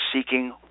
seeking